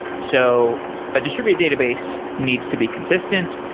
so a distributed database needs to be consistent.